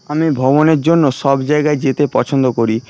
আমি ভগবানের জন্য সব জায়গায় যেতে পছন্দ করি